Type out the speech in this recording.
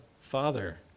Father